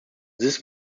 this